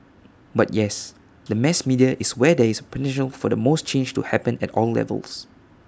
but yes the mass media is where there is potential for the most change to happen at all levels